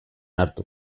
hartu